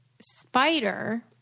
spider